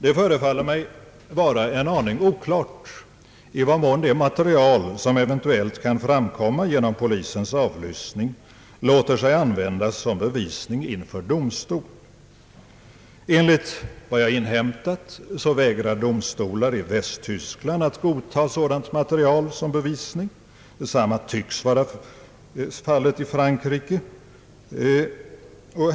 Det förefaller mig vara en aning oklart i vad mån det material som eventuellt kan framkomma genom polisens avlyssning låter sig användas som bevisning inför domstol. Enligt vad jag inhämtat vägrar domstolar i Västtyskland att godta sådant material som bevisning. Detsamma tycks vara fallet i Frankrike.